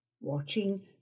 watching